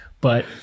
But-